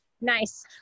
nice